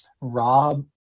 Rob